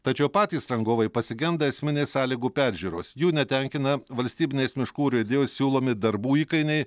tačiau patys rangovai pasigenda esminės sąlygų peržiūros jų netenkina valstybinės miškų urėdijos siūlomi darbų įkainiai